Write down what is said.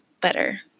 better